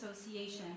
Association